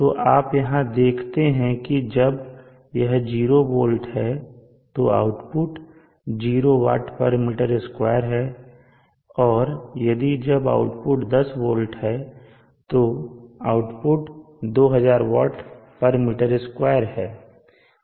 तो आप यहाँ देखते हैं की जब यह 0 V है तो आउटपुट 0 Wm2 है और यदि आउटपुट 10 V है और आउटपुट 2000 Wm2 है